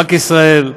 בנק ישראל,